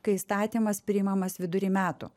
kai įstatymas priimamas vidury metų